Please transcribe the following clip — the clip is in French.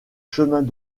chemins